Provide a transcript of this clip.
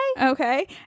Okay